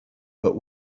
but